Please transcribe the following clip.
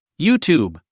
YouTube